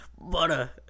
Butter